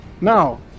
Now